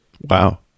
Wow